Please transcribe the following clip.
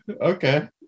okay